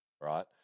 right